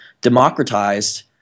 democratized